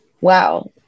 wow